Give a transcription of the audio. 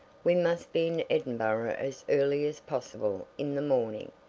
we must be in edinburgh as early as possible in the morning.